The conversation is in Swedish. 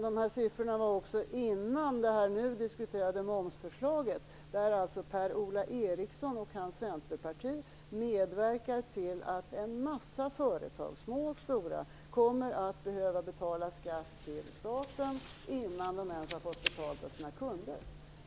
Dessa siffror gällde också innan det nu diskuterade momsförslaget, där alltså Per-Ola Eriksson och hans parti medverkar till att en massa företag, små och stora, kommer att behöva betala skatt till staten innan de ens har fått betalt av sina kunder.